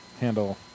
handle